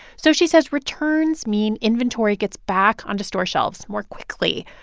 so she says returns mean inventory gets back onto store shelves more quickly.